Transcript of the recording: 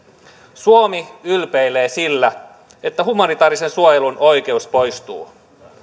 suomi ylpeilee sillä että humanitaarisen suojelun oikeus poistuu